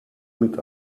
mit